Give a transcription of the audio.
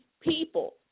people